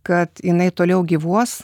kad jinai toliau gyvuos